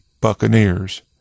Buccaneers